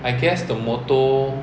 I guess the motor